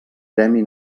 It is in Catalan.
premi